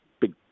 big